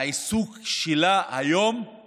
שהעיסוק של הממשלה הזאת היום הוא